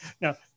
Now